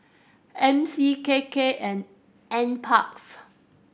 M C K K and N Parks